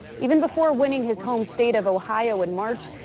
even before winning his home state of ohio in march,